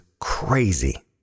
crazy